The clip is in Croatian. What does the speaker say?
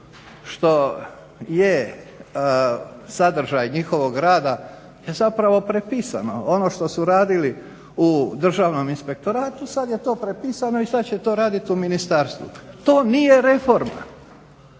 što je sadržaj njihovog rada je zapravo prepisano. Ono što su radili u Državnom inspektoratu sad je to prepisano i sad će to raditi u ministarstvu. To nije reforma.